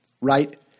right